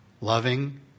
loving